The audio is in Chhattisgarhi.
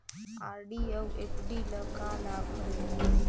आर.डी अऊ एफ.डी ल का लाभ हवे?